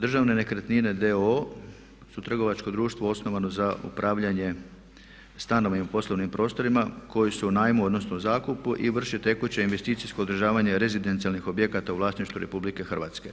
Državne nekretnine d.o.o. su trgovačko društvo osnovano za upravljanje stanovima i poslovnim prostorima koji su u najmu, odnosno zakupu i vrše tekuće investicijsko održavanje rezidencijalnih objekata u vlasništvu RH.